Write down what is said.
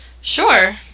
sure